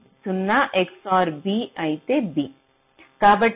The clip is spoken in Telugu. కాబట్టి del f del a b అవుతుంది